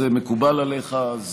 זה מקובל עליך, אז